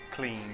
Clean